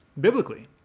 biblically